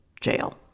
jail